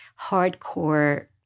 hardcore